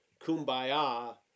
kumbaya